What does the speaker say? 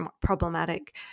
problematic